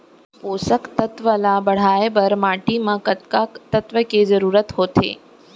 पोसक तत्व ला बढ़ाये बर माटी म कतका तत्व के जरूरत होथे?